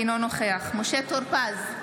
אינו נוכח משה טור פז,